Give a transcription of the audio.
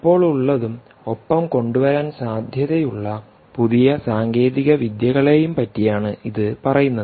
ഇപ്പോൾ ഉള്ളതും ഒപ്പം കൊണ്ടുവരാൻ സാധ്യതയുള്ള പുതിയ സാങ്കേതികവിദ്യകളെയും പറ്റിയാണ് ഇത് പറയുന്നത്